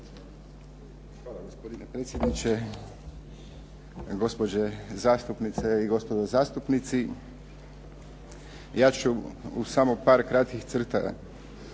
Hvala. Gospodine predsjedniče, gospođe zastupnice, gospodo zastupnici. Ja ću u samo par kratkih crta